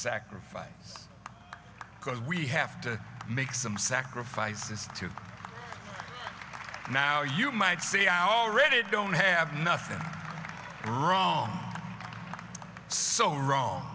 sacrifice because we have to make some sacrifices too now you might say i already don't have nothing wrong so wrong